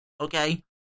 okay